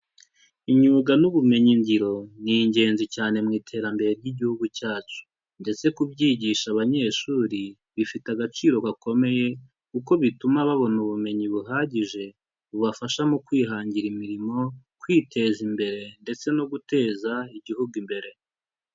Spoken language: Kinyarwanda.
Imyuga n'ubumenyi ngiro ni ingenzi cyane mu iterambere ry'igihugu cyacu ndetse kubyigisha abanyeshuri bifite agaciro gakomeye kuko bituma babona ubumenyi buhagije bubafasha mu kwihangira imirimo, kwiteza imbere ndetse no guteza igihugu imbere.